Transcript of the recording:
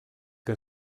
que